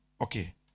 Okay